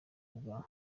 bwa